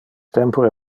tempore